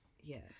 Yes